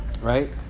right